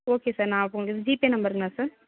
okay sir நான் இப்போ இது ஜீபே நம்பருங்களா சார்